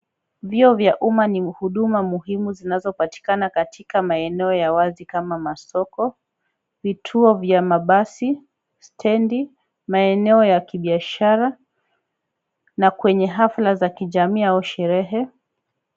Vyoo, vya umma ni huduma muhimu zinazopatikana katika maeneo ya wazi kama masoko, vituo vya mabasi, stendi, maeneo ya kibiashara, na kwenye hafla za kijamii au sherehe.